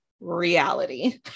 reality